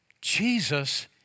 Jesus